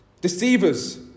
deceivers